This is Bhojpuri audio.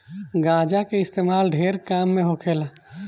गांजा के इस्तेमाल ढेरे काम मे होखेला